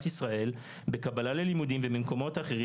ישראל בקבלה ללימודים ובמקומות אחרים.